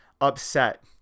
upset